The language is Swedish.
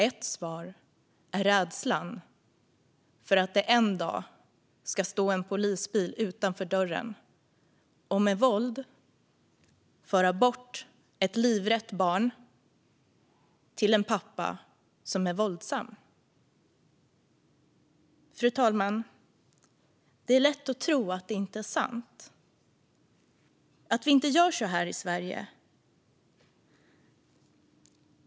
Ett svar är rädslan för att det en dag ska stå en polisbil utanför dörren och att polisen med våld ska föra bort ett barn som är livrädd till en pappa som är våldsam. Fru talman! Det är lätt att tro att det inte är sant - att vi inte gör så här i Sverige.